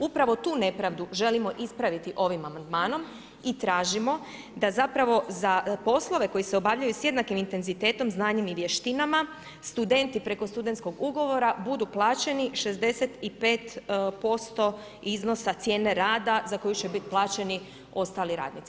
Upravo tu nepravdu želimo ispraviti ovim amandmanom i tražimo da zapravo za poslove koji se obavljaju s jednakim intenzitetom, znanjem i vještinama studenti preko studentskog ugovora budu plaćeni 65% iznosa cijene rada za koju će biti plaćeni ostali radnici.